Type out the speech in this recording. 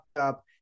up